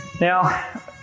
Now